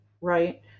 right